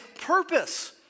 purpose